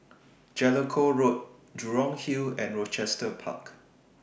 Jellicoe Road Jurong Hill and Rochester Park